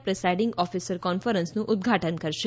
presiding officer કોન્ફરન્સનું ઉદઘાટન કરશે